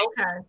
okay